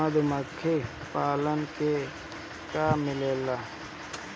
मधुमखी पालन से का मिलेला?